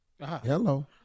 Hello